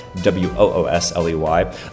W-O-O-S-L-E-Y